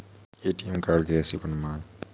ATM card कैसे बनवाएँ?